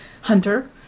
hunter